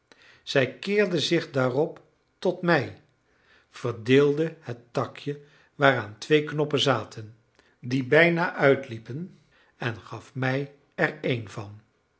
zij keerde zich daarop tot mij verdeelde het takje waaraan twee knoppen zaten die bijna uitliepen en gaf mij er een van